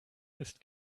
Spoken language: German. ist